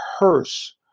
rehearse